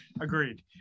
Agreed